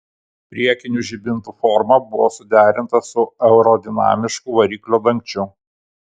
priekinių žibintų forma buvo suderinta su aerodinamišku variklio dangčiu